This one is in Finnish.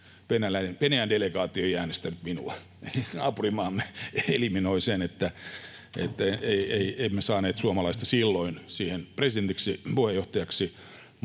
Venäjän delegaatio ei äänestänyt minua. Eli naapurimaamme eliminoi sen, että olisimme saaneet suomalaisen silloin siihen presidentiksi,